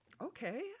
okay